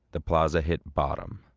the plaza hit bottom.